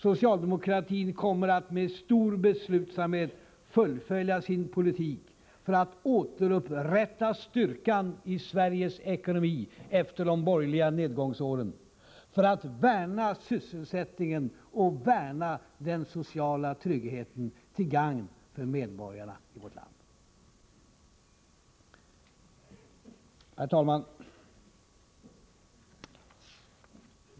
Socialdemokratin kommer att med stor beslutsamhet fullfölja sin politik för att återupprätta styrkan i Sveriges ekonomi efter de borgerliga nedgångsåren, för att värna sysselsättningen och den sociala tryggheten, till gagn för medborgarna i vårt land. Herr talman!